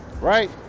Right